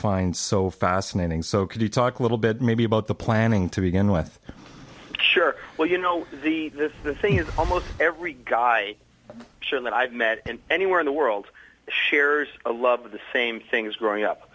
find so fascinating so could you talk a little bit maybe about the planning to begin with sure well you know the this is the thing is almost every guy sure that i've met and anywhere in the world shares a love of the same things growing up